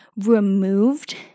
removed